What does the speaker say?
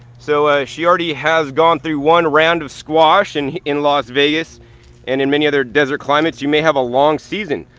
so ah she already has gone through one round of squash. and in las vegas and in many other desert climates, you may have a long season.